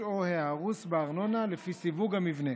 או ההרוס בארנונה לפי סיווג המבנה.